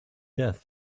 death